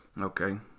Okay